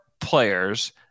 players